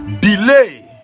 delay